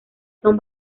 son